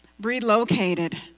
relocated